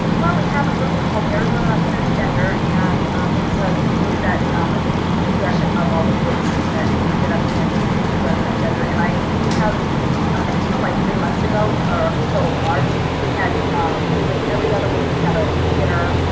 well we have a group called arizona transgender and it's a the group that like was the progression of all the groups that ended up being arizona transgender. and we have up until like three months ago or up until march, we had like every other week we'd have a dinner,